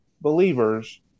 believers